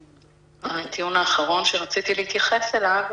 הטיעון האחרון שרציתי להתייחס אליו